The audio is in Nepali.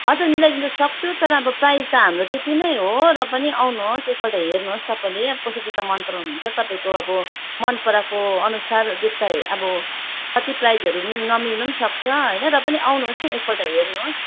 हजुर मिलाइदिनु सक्छु तर अब प्राइस त हाम्रो त्यत्ति नै हो र पनि आउनुहोस् एकपल्ट हेर्नुहोस् तपाईँले अब कस्तो जुत्ता मनपराउनु हुन्छ तपाईँको अब मन पराएकोअनुसार जुत्ता अब कति प्राइसहरू मिल्न नमिल्नु पनि सक्छ होइन र पनि आउनुहोस् न एकपल्ट हेर्नुहोस्